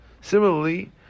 Similarly